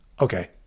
Okay